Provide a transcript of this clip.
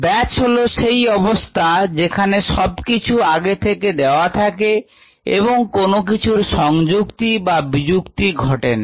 batch হল সেই অবস্থা যেখানে সবকিছুই আগে থেকে দেওয়া থাকে এবং কোন কিছুর কোন কিছুর addition বা removal করা হয় না